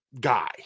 guy